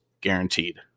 guaranteed